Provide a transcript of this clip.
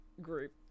group